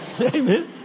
Amen